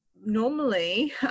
normally